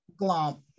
glomp